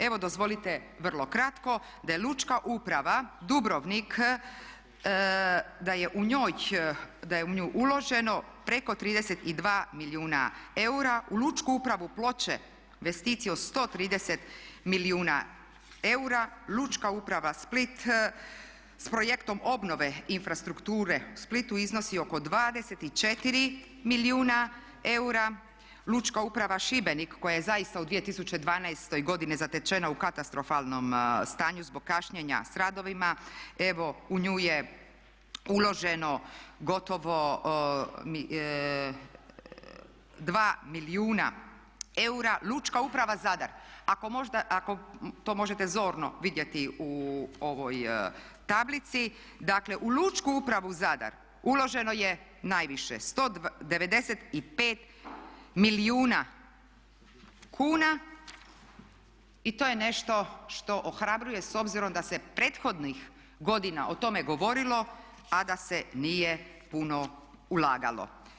Evo dozvolite vrlo kratko da je Lučka uprava Dubrovnik da je u njoj, da je u nju uloženo preko 32 milijuna eura, u Lučku upravu Ploče investicija od 130 milijuna eura, Lučka uprava Split s projektom obnove infrastrukture u Splitu iznosi oko 24 milijuna eura, Lučka uprava Šibenik koja je zaista u 2012. godini zatečena u katastrofalnom stanju zbog kašnjenja s radovima evo u nju je uloženo gotovo 2 milijuna eura, Lučka uprava Zadar ako to možete zorno vidjeti u ovoj tablici dakle u Lučku upravu Zadar uloženo je najviše 195 milijuna kuna i to je nešto što ohrabruje s obzirom da se prethodnih godina o tome govorilo a da se nije puno ulagalo.